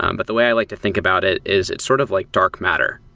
um but the way i like to think about it is it's sort of like dark matter.